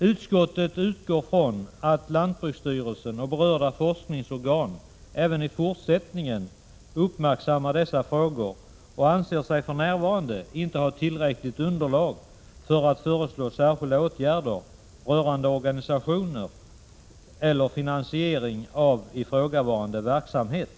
Utskottet utgår ifrån att lantbruksstyrelsen och berörda forskningsorgan även i fortsättningen kommer att uppmärksamma dessa frågor och anser sig för närvarande inte ha tillräckligt underlag för att tillstyrka förslag om särskilda åtgärder rörande organisation eller finansiering av ifrågavarande verksamhet.